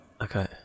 okay